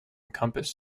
compass